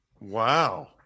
Wow